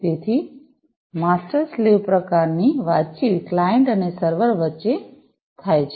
તેથી master slave પ્રકારની વાતચીત ક્લાયંટ અને સર્વર વચ્ચે થાય છે